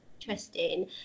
interesting